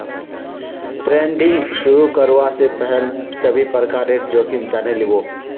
trading शुरू करवा स पहल सभी प्रकारेर जोखिम जाने लिबो